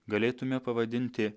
galėtume pavadinti